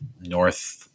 North